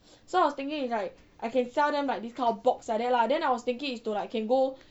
so I was thinking it's like I can sell them like this kind of box like that lah then I was thinking is to like can go